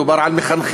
מדובר על מחנכים,